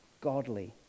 godly